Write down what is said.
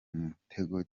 mutego